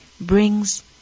brings